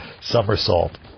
somersault